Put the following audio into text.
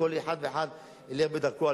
כל אחד ואחד ילך בדרכו.